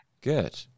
Good